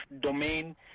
domain